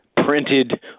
printed